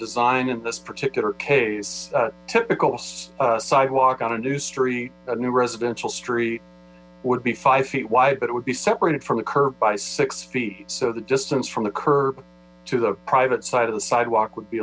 design in this particular case typical sidewalk on a new street a new residential street would be five feet wide but it would be separated from the curb by six feet so the distance from the curb to the private side of the sidewalk would be